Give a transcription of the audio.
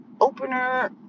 opener